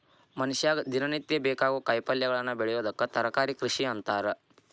ಮನಷ್ಯಾಗ ದಿನನಿತ್ಯ ಬೇಕಾಗೋ ಕಾಯಿಪಲ್ಯಗಳನ್ನ ಬೆಳಿಯೋದಕ್ಕ ತರಕಾರಿ ಕೃಷಿ ಅಂತಾರ